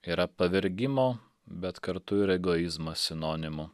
yra pavergimo bet kartu ir egoizmo sinonimu